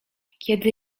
kiedy